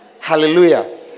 hallelujah